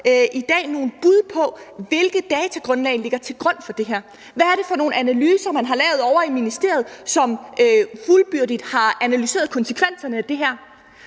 hørt nogle bud på, hvilke datagrundlag der ligger til grund for det her. Hvad er det for nogle analyser, som man har lavet ovre i ministeriet, og hvor man fuldstændigt har analyseret konsekvenserne af det her?